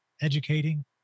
educating